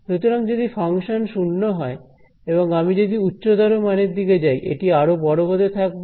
সুতরাং যদি ফাংশন শূন্য হয় এবং আমি যদি উচ্চতর মানের দিকে চাই এটি আরও বড় হতে থাকবে